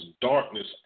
darkness